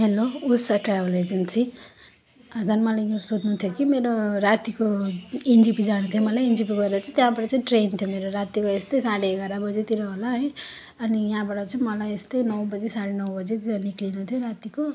hello Usha travel agency हजुर मलाई यो सोध्नु थियो कि मेरो रातिको एनजेपी जानु थियो मलाई एनजेपी गएर चाहिँ त्यहाँबाट चाहिँ ट्रेन थियो मेरो रातिको यस्तै साढे एघार बजीतिर होला है अनि यहाँबाट चाहिँ मलाई यस्तै नौ बजी साढे नौ बजी निस्किनु थियो रातिको